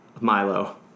milo